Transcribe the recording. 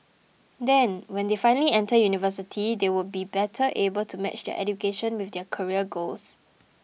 then when they finally enter university they would be better able to match their education with their career goals